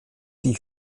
die